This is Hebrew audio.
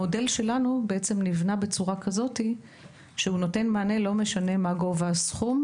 המודל שלנו בעצם נבנה כך שהוא נותן מענה לא משנה מה גובה הסכום.